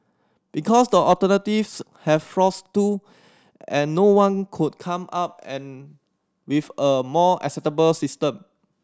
because the alternatives have flaws too and no one could come up an with a more acceptable system